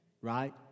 right